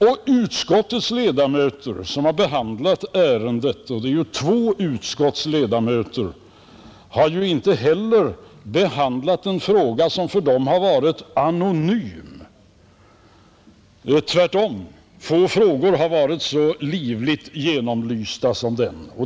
De båda utskottens ledamöter som behandlat ärendet har inte heller behandlat en fråga som för dem varit anonym; tvärtom är det få frågor som varit så genomlysta som denna.